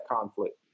conflict